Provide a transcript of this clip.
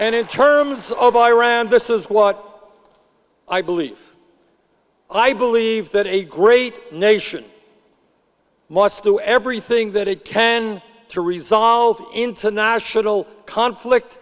open in terms of iran this is what i believe i believe that a great nation must do everything that it can to resolve international conflict